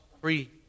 free